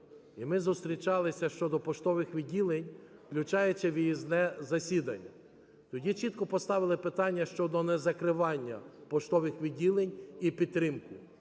І ми зустрічалися щодо поштових відділень, включаючи виїзне засідання. Тоді чітко поставити питання щодо незакривання поштових відділень і підтримку,